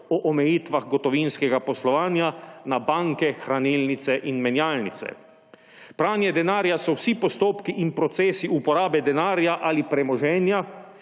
o omejitvah gotovinskega poslovanja na banke, hranilnice in menjalnice. Pranje denarja so vsi postopki in procesi uporabe denarja ali premoženja,